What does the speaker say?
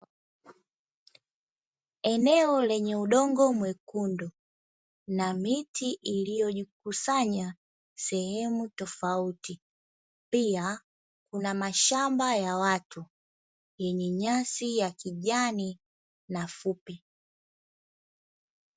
Eneo lenye udongo mwekundu na miti iliyojikusanya sehemu tofauti, pia kuna mashamba ya watu yenye nyasi ya kijani na fupi.